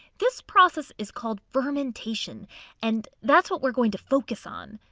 this process is called fermentation and that's what we're going to focus on.